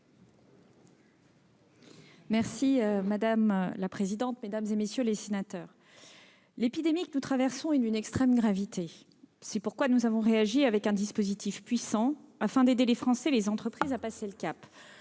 Madame la présidente, mesdames, messieurs les sénateurs, l'épidémie que nous traversons est d'une extrême gravité. C'est pourquoi nous avons réagi avec un dispositif puissant, afin d'aider les Français et les entreprises à passer le cap.